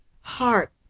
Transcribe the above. heart